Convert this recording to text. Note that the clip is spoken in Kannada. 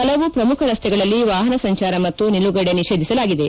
ಪಲವು ಪ್ರಮುಖ ರಸ್ತೆಗಳಲ್ಲಿ ವಾಹನ ಸಂಜಾರ ಮತ್ತು ನಿಲುಗಡೆ ನಿಷೇಧಿಸಲಾಗಿದೆ